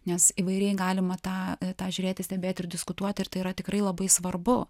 nes įvairiai galima tą tą žiūrėti stebėti ir diskutuoti ir tai yra tikrai labai svarbu